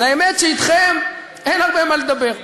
אז האמת, שאתכם אין הרבה מה לדבר.